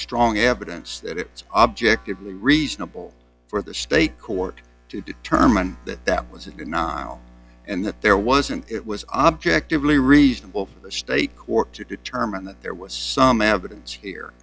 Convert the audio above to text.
strong evidence that it objectively reasonable for the state court to determine that that was a denial and that there wasn't it was objectively reasonable for the state court to determine that there was some evidence here